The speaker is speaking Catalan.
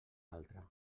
altre